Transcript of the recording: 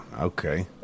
okay